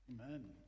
Amen